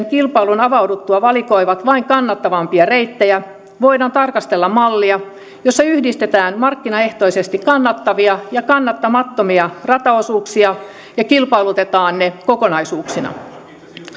kilpailun avauduttua valikoivat vain kannattavimpia reittejä voidaan tarkastella mallia jossa yhdistetään markkinaehtoisesti kannattavia ja kannattamattomia rataosuuksia ja kilpailutetaan ne kokonaisuuksina